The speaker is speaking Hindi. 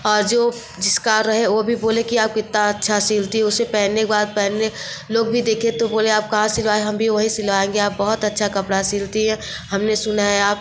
जो जिसका रहे वो भी बोले कि आप कितना अच्छा सिलती हो उसे पहनने के बाद पहनने लोग भी देखें तो बोले आप कहाँ सिलवाए हम भी वहीं सिलवाएँगे आप बहुत अच्छा कपड़ा सिलती हैं हमने सुना है आप